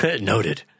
Noted